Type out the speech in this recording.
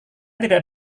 tidak